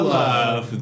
love